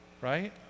right